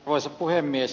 arvoisa puhemies